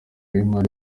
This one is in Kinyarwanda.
y’imari